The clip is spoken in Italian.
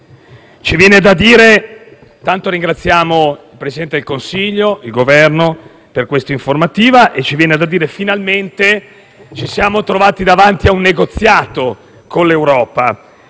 ringraziamo innanzitutto il Presidente del Consiglio e il Governo per questa informativa. Ci viene da dire che finalmente ci siamo trovati davanti a un negoziato con l'Europa